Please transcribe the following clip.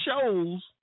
shows